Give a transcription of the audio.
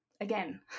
again